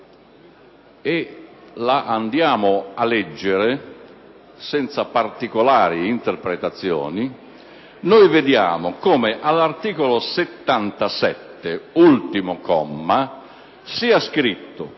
la Costituzione, senza particolari interpretazioni, vediamo come all'articolo 77, ultimo comma, sia scritto